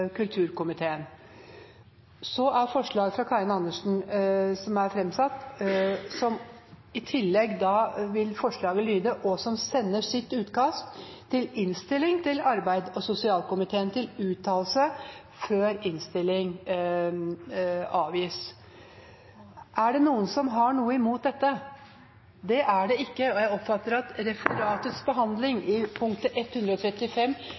kulturkomiteen. Så er forslaget som er fremsatt av Karin Andersen, at det i tillegg skal lyde: og som sender sitt utkast til innstilling til arbeids- og sosialkomiteen til uttalelse før innstilling avgis. Er det noen som har noe imot dette? – Det er det ikke. Jeg oppfatter da at nr. 135